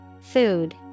Food